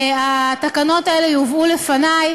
התקנות האלה יובאו בפני,